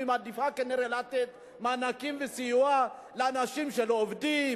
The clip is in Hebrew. היא מעדיפה כנראה לתת מענקים וסיוע לאנשים שלא עובדים,